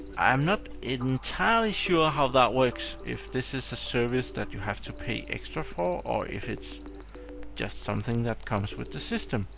i'm not entirely sure how that works, if this is a service that you have to pay extra for or if it's just something that comes with the system.